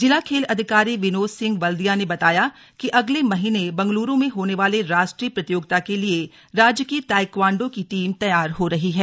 जिला खेल अधिकारी विनोद सिंह वल्दिया ने बताया कि अगले महीने बंगलुरू में होने वाली राष्ट्रीय प्रतियोगिता के लिए राज्य की ताइक्वांडो की टीम तैयार हो रही है